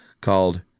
called